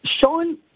Sean